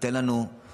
ייתנו לנו